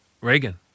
Reagan